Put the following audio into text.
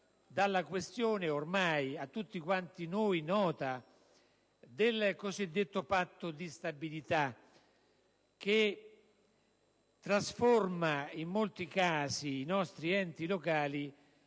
dalla questione, ormai a tutti noi nota, del cosiddetto Patto di stabilità, che trasforma in molti casi i nostri enti locali